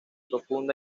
profunda